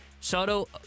Soto